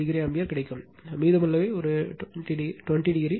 43o ampere கிடைக்கும் மீதமுள்ளவை ஒரு 20o